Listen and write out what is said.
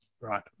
Right